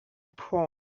phone